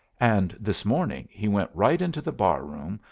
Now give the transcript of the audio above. and this morning he went right into the bar-room,